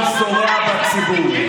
והפילוג שנתניהו זורע בציבור.